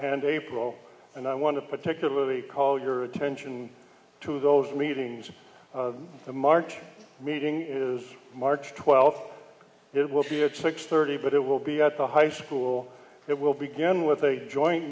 and april and i want to particularly call your attention to those meetings the march meeting is march twelfth it will be at six thirty but it will be at the high school it will begin with a joint